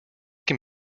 can